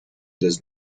does